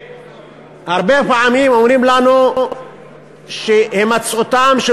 והרבה פעמים אומרים לנו שהימצאותם של